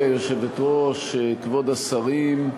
כבוד השרים,